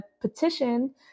petition